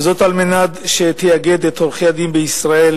וזאת על מנת שתאגד את עורכי-הדין בישראל